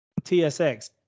TSX